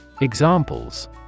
Examples